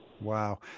Wow